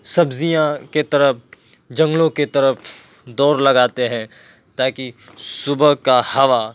سبزیاں کے طرف جنگلوں کے طرف دوڑ لگاتے ہیں تاکہ صبح کا ہوا